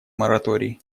мораторий